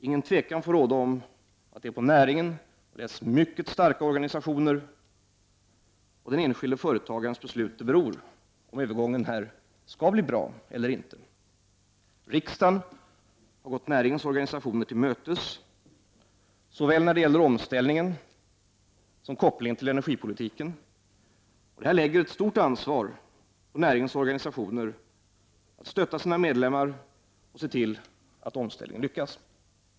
Ingen osäkerhet får råda om att det är på näringen och dess mycket starka organisationer och den enskilde företagarens beslut det beror om övergången skall bli bra eller inte. Riksdagen har gått näringens organisationer till mötes såväl när det gäller omställningen som kopplingen till energipolitiken. Detta lägger ett stort ansvar på näringens organisationer att stötta sina medlemmar och se till att omställningen lyckas.